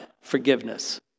forgiveness